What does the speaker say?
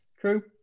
True